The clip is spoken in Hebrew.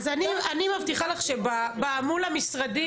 אז אני מבטיחה לך שמול המשרדים,